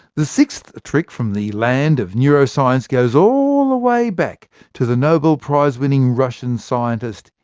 the sixth trick from the land of neuroscience goes all the way back to the nobel prize-winning russian scientist,